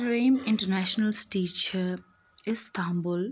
ترٛیٚیِم international city چھِ Istanbul